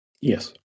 yes